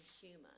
human